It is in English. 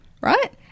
right